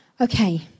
Okay